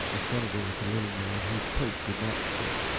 the senator was a little man whose coat did not fit,